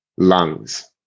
Lungs